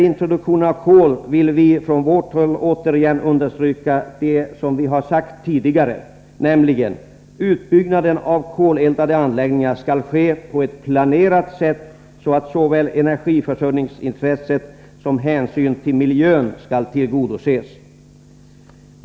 Vi vill återigen understryka det vi sagt tidigare, nämligen att utbyggnaden av koleldade anläggningar skall ske på ett planerat sätt, så att såväl energiförsörjningsintresset som hänsyn till miljön tillgodoses.